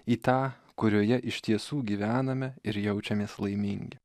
į tą kurioje iš tiesų gyvename ir jaučiamės laimingi